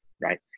right